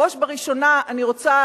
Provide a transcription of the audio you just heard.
בראש ובראשונה אני רוצה,